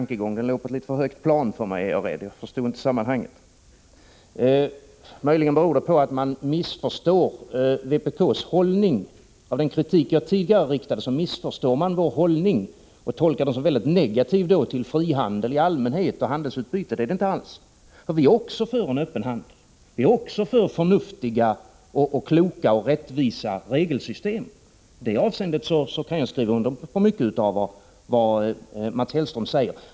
Jag är rädd att den låg på ett litet för högt plan för mig — jag förstod inte sammanhanget. Möjligen beror det hela på att man, med anledning av den kritik jag tidigare framförde, missförstår vpk:s hållning och tolkar den som väldigt negativ till frihandel i allmänhet och till handelsutbyte. Det förhåller siginte alls på det sättet med vår hållning. Vi är också för en öppen handel, vi är också för förnuftiga och kloka och rättvisa regelsystem. I det avseendet kan jag skriva under på mycket av det Mats Hellström säger.